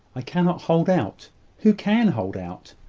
i cannot hold out who can hold out,